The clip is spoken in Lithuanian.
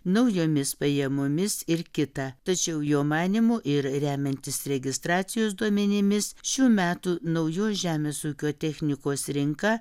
naujomis pajamomis ir kita tačiau jo manymu ir remiantis registracijos duomenimis šių metų naujos žemės ūkio technikos rinka